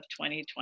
2020